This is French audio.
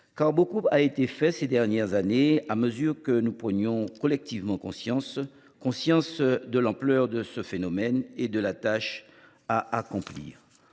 Car beaucoup a été fait ces dernières années, à mesure que nous prenions, collectivement, conscience de l’ampleur du phénomène et de la tâche à accomplir.